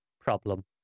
problem